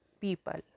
people